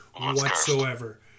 whatsoever